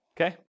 Okay